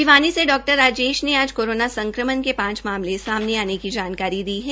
भिवानी से डॉ राजेश ने आज कोरोना संक्रमण के पांच मामले सामने आने की जानकारी दी है